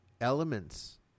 elements